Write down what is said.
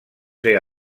ser